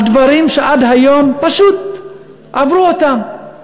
על דברים שעד היום פשוט עברו אותם.